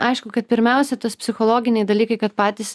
aišku kad pirmiausia tas psichologiniai dalykai kad patys